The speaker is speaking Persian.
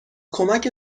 کمک